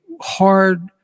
hard